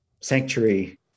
sanctuary